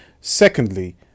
Secondly